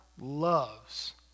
loves